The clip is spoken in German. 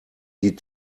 die